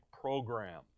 program